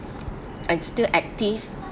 and still active